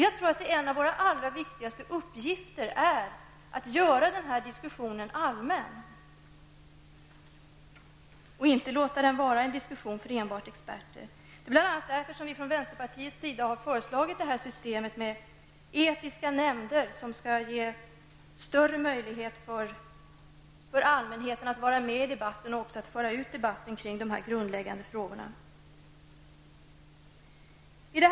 Jag tror att en av våra allra viktigaste uppgifter är att göra denna diskussion allmän och inte låta den vara en diskussion enbart för experter. Det är bl.a. mot denna bakgrund som vänsterpartiet har föreslagit ett system med etiska nämnder som skall ge allmänheten större möjligheter att vara med i debatten och medverka till att debatten kring dessa grundläggande frågor också skall kunna föras ut.